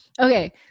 Okay